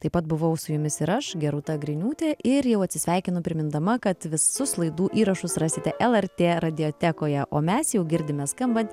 taip pat buvau su jumis ir aš geruta griniūtė ir jau atsisveikinu primindama kad visus laidų įrašus rasite lrt radiotekoje o mes jau girdime skambant